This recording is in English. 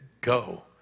go